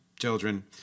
children